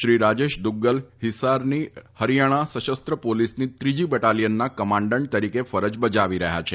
શ્રી રાજેશ દુગ્ગલ હિસારની હરીયાણા સશસ્ત્ર પોલીસની ત્રીજી બટાલીયનના કમાન્ડન્ટ તરીકે ફરજ બજાવી રહ્યા છે